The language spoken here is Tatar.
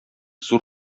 зур